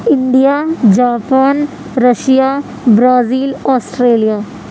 India Japan Russia Brazil Australia